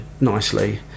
nicely